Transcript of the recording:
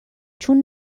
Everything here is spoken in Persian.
چون